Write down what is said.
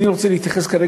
אני רוצה כרגע